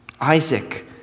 Isaac